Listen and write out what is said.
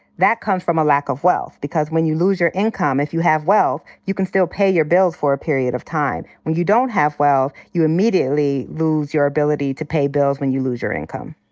that comes from a lack of wealth. because when you lose your income, if you have wealth, you can still pay your bills for a period of time. when you don't have wealth, you immediately lose your ability to pay bills when you lose your income.